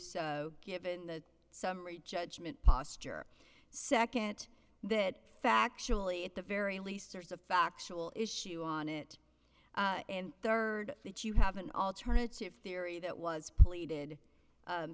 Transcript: so given the summary judgment posture second it that factually at the very least there's a factual issue on it and third that you have an alternative theory that was pleaded